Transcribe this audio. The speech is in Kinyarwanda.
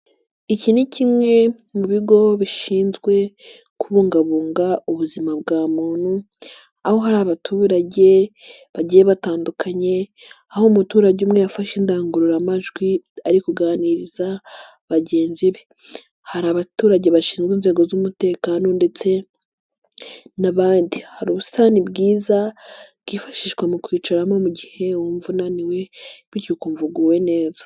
Iki ni kimwe mu bigo bishinzwe kubungabunga ubuzima bwa muntu aho hari abaturage bagiye batandukanye, aho umuturage umwe yafashe indangururamajwi ari kuganiriza bagenzi be, hari abaturage bashinzwe inzego z'umutekano ndetse n'abandi, hari ubusitani bwiza bwifashishwa mu kwicaramo mu gihe wumva unaniwe bityo ukumva uguwe neza.